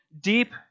deep